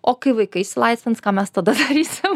o kai vaikai išsilaisvins ką mes tada darysim